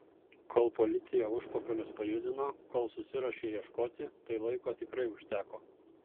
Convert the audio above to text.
kol policija užpakalius pajudino kol susiruošė ieškoti tai laiko tikrai užteko